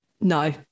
No